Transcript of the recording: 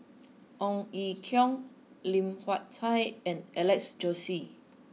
Ong Ye Kung Lim Hak Tai and Alex Josey